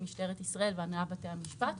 משטרת ישראל והנהלת בתי המשפט.